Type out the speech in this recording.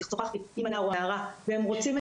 שוחחתי עם הנער או הנערה והם רוצים את